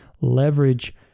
leverage